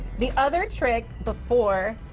the other trick before